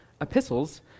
epistles